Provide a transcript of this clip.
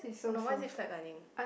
oh no why is it flatlining